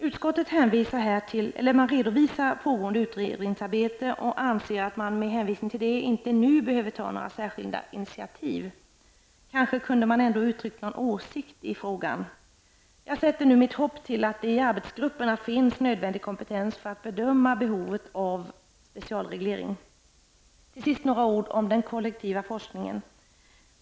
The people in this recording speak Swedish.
Utskottet redovisar pågående utredningsarbete och anser att man med hänvisning till detta inte Nu behöver ta några särskilda initiativ. Kanske kunde man ha uttryckt någon åsikt i frågan. Jag sätter mitt hopp till att det i arbetsgruppen finns nödvändig kompetens för att bedöma behovet av specialreglering. Till sist några ord om den kollektiva forskningen.